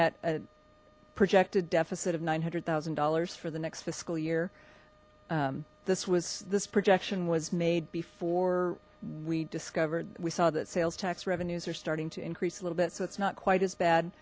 a projected deficit of nine hundred thousand dollars for the next fiscal year this was this projection was made before we discovered we saw that sales tax revenues are starting to increase a little bit so it's not quite as bad